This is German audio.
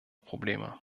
probleme